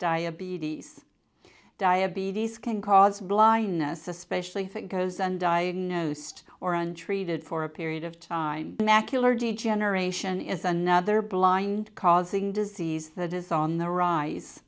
diabetes diabetes can cause blindness especially if it goes and diagnosed or untreated for a period of time macular degeneration is another blind causing disease that is on the rise